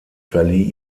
verlieh